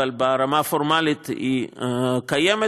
אבל ברמה הפורמלית היא קיימת.